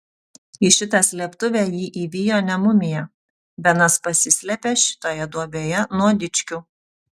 į šitą slėptuvę jį įvijo ne mumija benas pasislėpė šitoje duobėje nuo dičkių